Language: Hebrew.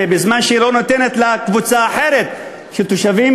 בזמן שהיא לא נותנת אותם לקבוצה אחרת של תושבים,